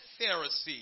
Pharisee